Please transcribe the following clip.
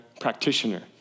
Practitioner